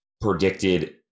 predicted